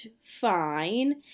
fine